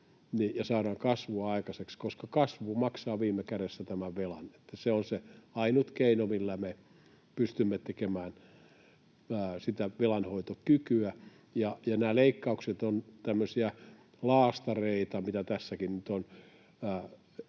ja saadaan kasvua aikaiseksi, kasvu maksaa viime kädessä tämän velan. Se on se ainut keino, millä me pystymme tekemään sitä velanhoitokykyä. Nämä leikkaukset, mitä tässäkin nyt on,